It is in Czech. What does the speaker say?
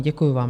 Děkuji vám.